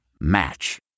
Match